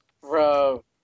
Bro